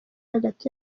hagati